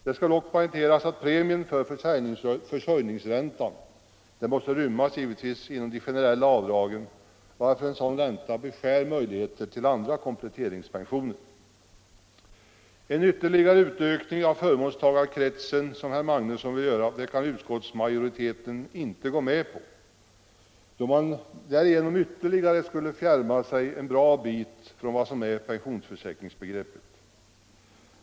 Det skall dock poängteras att premien för försörjningsräntan givetvis måste rymmas inom de generella avdragen, varför en sådan ränta beskär möjligheterna till andra kompletteringspensioner. En ytterligare utökning av förmånstagarkretsen, som herr Magnusson i Borås vill göra, kan utskottsmajoriteten inte gå med på, då man därigenom ytterligare skulle fjärma sig en bra bit från pensionsförsäkringsbegreppet.